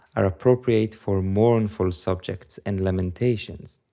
are appropriate for mournful subjects and lamentations.